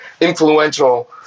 influential